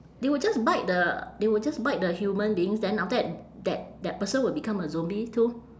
they would just bite the they would just bite the human beings then after that that that person will become a zombie too